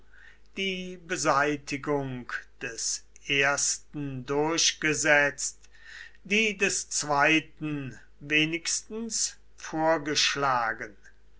die beseitigung des ersten durchgesetzt die des zweiten wenigstens vorgeschlagen